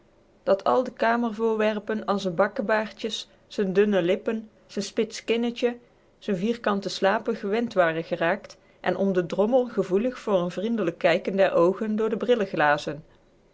dat al de kamervoorwerpen an z'n bakkebaardjes z'n dunne lippen z'n spits kinnetje z'n vierkante slapen gewend waren geraakt en om den drommel gevoelig voor een vriendlijk kijken der oogen door de brilglazen